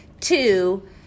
two